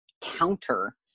counter